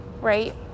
right